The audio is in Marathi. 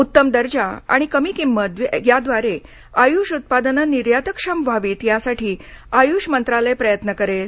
उत्तम दर्जा आणि कमी किंमत या द्वारे आयुष उत्पादने निर्यातक्षम व्हावीत यासाठी आयूष मंत्रालय प्रयत्न करेल